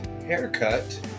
haircut